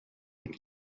ning